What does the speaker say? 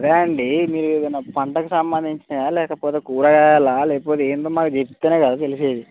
అదే అండి మీరు ఏదైనా పంటకు సంబంధించినదా లేకపోతే కూరగాయల లేకపోతే ఏంటని చెప్తేనే కదా తెలిసేది